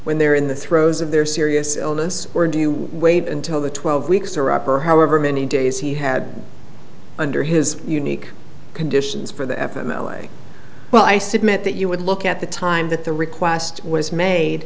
when they're in the throes of their serious illness or do you wait until the twelve weeks are up or however many days he had under his unique conditions for the f m l a well i submit that you would look at the time that the request was made